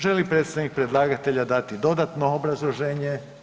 Želi li predstavnik predlagatelja dati dodatno obrazloženje?